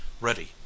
ready